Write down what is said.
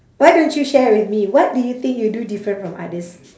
why don't you share with me what do you think you do different from others